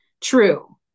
true